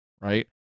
Right